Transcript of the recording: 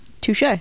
touche